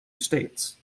states